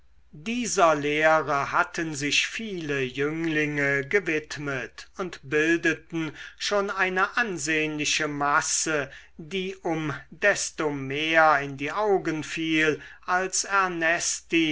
dieser lehre hatten sich viele jünglinge gewidmet und bildeten schon eine ansehnliche masse die um desto mehr in die augen fiel als ernesti